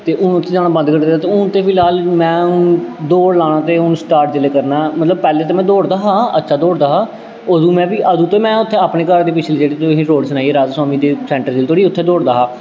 ते हून उत्थै जाना बंद करी ओड़े दा ते हून ते फिलहाल में हून दौड़ लान्नां ते हून स्टार्ट जेल्लै करनां मतलब पैह्लें ते में दौड़दा हा अच्छा दौड़दा हा अदूं में बी अदूं ते में उत्थै अपनें घर दे पिछली जेह्ड़ी तुसें गी रोड़ सनाई राधा स्वामी दे फ्रंट गेट धोड़ी उत्थै दौड़दा हा